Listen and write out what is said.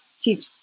teach